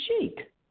Sheik